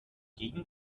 gegen